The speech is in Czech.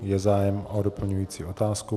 Je zájem o doplňující otázku.